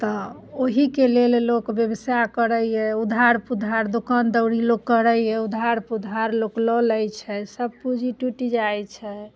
तऽ ओहिके लेल लोक बेवसाइ करैए उधार पुधार दुकान दौरी लोक करैए उधार पुधार लोक लऽ लै छै सब पूँजी टुटि जाइ छै